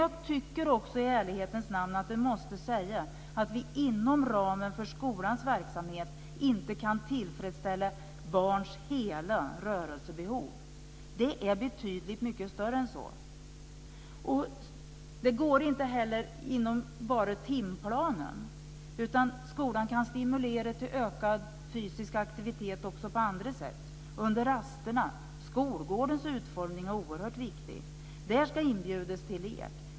Jag tycker också i ärlighetens namn att man måste säga att vi inom ramen för skolans verksamhet inte kan tillfredsställa barns hela rörelsebehov. Det är betydligt mycket större än så. Det går inte heller att göra enbart inom timplanen. Skolan kan stimulera till ökad fysisk aktivitet också på andra sätt, t.ex. under rasterna. Skolgårdens utformning är oerhört viktig. Där ska inbjudas till lek.